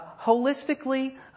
holistically